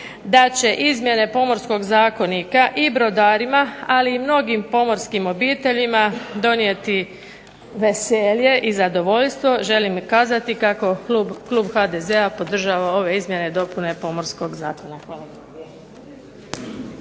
da će izmjene Pomorskog zakonika i brodarima, ali i mnogim pomorskim obiteljima donijeti veselje i zadovoljstvo, želim i kazati kako klub HDZ-a podržava ove izmjene i dopune Pomorskog zakona.